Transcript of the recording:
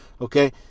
okay